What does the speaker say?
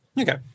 Okay